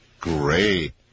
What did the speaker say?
Great